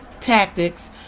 tactics